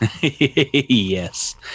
Yes